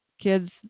Kids